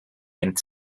and